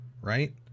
right